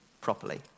properly